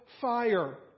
fire